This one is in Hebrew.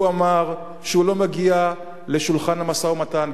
הוא אמר שהוא לא מגיע לשולחן המשא-ומתן,